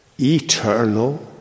eternal